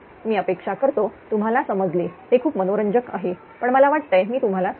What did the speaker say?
मी अपेक्षा करतो तुम्हाला समजले हे खूप मनोरंजक आहे पण मला वाटतंय मी तुम्हाला सांगावे